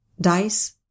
dice